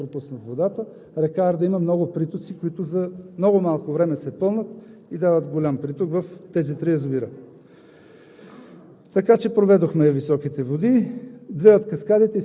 добре работят и както виждате и при тази екстремална обстановка успяха да пропуснат водата. Река Арда има много притоци, които за много малко време се пълнят и дават голям приток в тези три язовира.